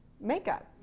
makeup